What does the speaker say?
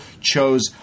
chose